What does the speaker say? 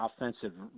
offensive